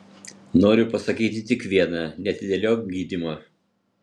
noriu pasakyti tik viena neatidėliok gydymo